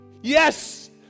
Yes